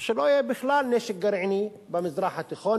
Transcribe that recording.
שלא יהיה בכלל נשק גרעיני במזרח התיכון